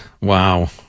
Wow